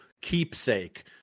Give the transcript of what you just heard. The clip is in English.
keepsake